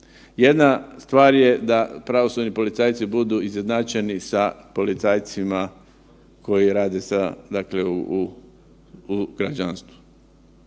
Jedna stvar je da pravosudni policajci budu izjednačeni sa policajcima koji rade sa dakle u građanstvu.